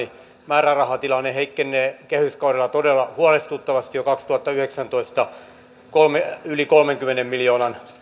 määrärahatilanne heikkenee kehyskaudella todella huolestuttavasti kaksituhattayhdeksäntoista jo yli kolmenkymmenen miljoonan